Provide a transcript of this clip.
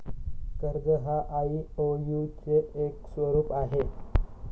कर्ज हा आई.ओ.यु चे एक स्वरूप आहे